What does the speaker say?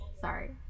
sorry